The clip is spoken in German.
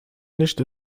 nicht